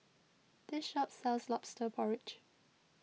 this shop sells Lobster Porridge